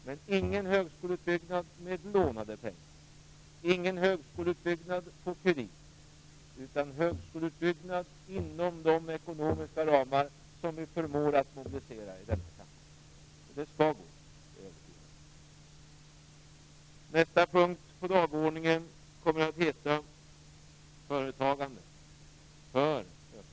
Men ingen högskoleutbyggnad med lånade pengar, ingen högskoleutbyggnad på kredit, utan högskoleutbyggnad inom de ekonomiska ramar som vi förmår att mobilisera i denna kammare! Och jag är övertygad om att det skall gå. Nästa punkt på dagordningen kommer att heta Företagande för ökad sysselsättning.